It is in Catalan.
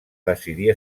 decidir